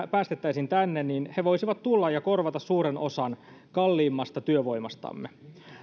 päästettäisiin tänne niin he voisivat tulla ja korvata suuren osan kalliimmasta työvoimastamme